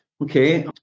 Okay